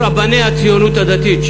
רבני הציונות הדתית,